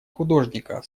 художника